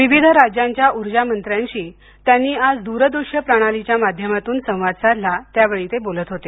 विविध राज्यांच्या ऊर्जा मंत्र्यांशी त्यांनी आज दूरदृश्य प्रणालीच्या माध्यमातून संवाद साधला त्यावेळी ते बोलत होते